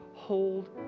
hold